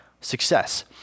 success